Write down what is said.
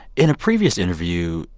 in a previous interview,